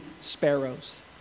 sparrows